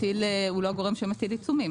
משרד המשפטים הוא לא הגורם שמפעיל עיצומים,